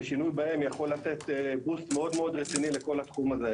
ושינוי בהם יכול לתת בוסט מאוד רציני לכל התחום הזה.